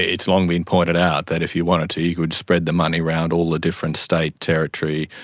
it's long been pointed out that if you wanted to you could spread the money around all the different state, territory,